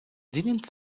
didn’t